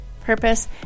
purpose